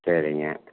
சரிங்க